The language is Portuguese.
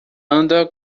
anda